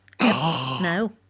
No